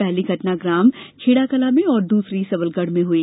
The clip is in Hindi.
पहली घटना ग्राम खेड़ाकलां में और दूसरी सबलगढ़ में हुई